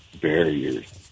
barriers